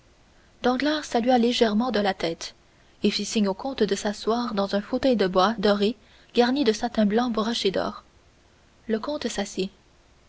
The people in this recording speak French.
danglars salua légèrement de la tête et fit signe au comte de s'asseoir dans un fauteuil de bois doré garni de satin blanc broché d'or le comte s'assit